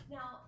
Now